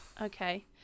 Okay